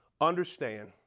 understand